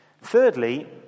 Thirdly